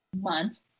month